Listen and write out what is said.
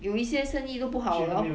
有一些生意都不好 lor